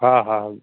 हा हा